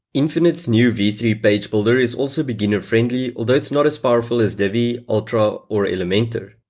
infinite's new v three page builder is also beginner-friendly, although it's not as powerful as divi, ultra or elementor.